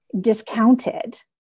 discounted